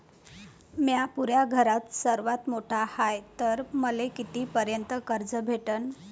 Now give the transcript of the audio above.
म्या पुऱ्या घरात सर्वांत मोठा हाय तर मले किती पर्यंत कर्ज भेटन?